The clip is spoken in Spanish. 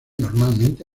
normalmente